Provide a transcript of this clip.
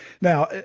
Now